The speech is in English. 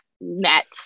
met